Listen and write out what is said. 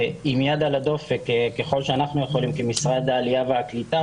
עם יד על הדופק ככל שאנחנו יכולים כמשרד העלייה והקליטה,